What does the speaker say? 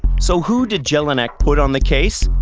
so, who did jelinek put on the case?